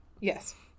Yes